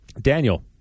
Daniel